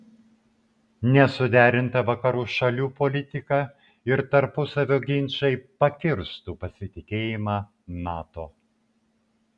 nesuderinta vakarų šalių politika ir tarpusavio ginčai pakirstų pasitikėjimą nato